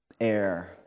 air